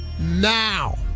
Now